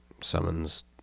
summons